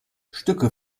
stücke